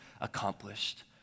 accomplished